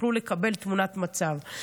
יוכלו לקבל תמונת מצב.